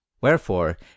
Wherefore